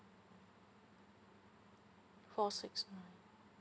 four six